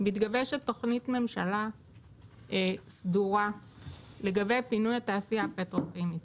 מתגבשת תוכנית ממשלה סדורה לגבי פינוי התעשייה הפטרוכימית.